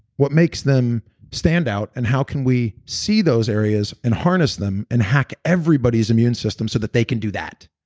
what makes them stand out and how can we see those areas and harness them and hack everybody's immune system so that they can do that,